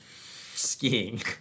skiing